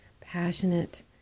passionate